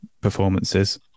performances